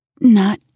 Not